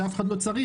שאף אחד לא צריך.